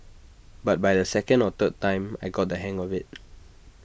but by the second or third time I got the hang of IT